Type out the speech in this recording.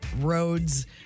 roads